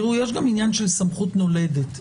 יש גם עניין של סמכות נולדת.